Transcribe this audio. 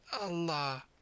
Allah